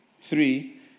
three